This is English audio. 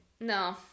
no